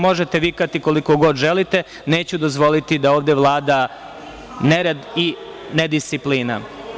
Možete vikati koliko god želite, neću dozvoliti da ovde vlada nered i nedisciplina.